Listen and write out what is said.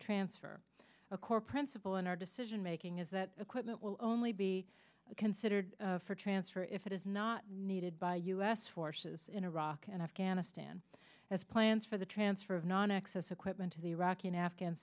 transfer a core principle in our decision making is that equipment will only be considered for transfer if it is not needed by u s forces in iraq and afghanistan as plans for the transfer of non access equipment to the iraqi